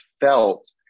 felt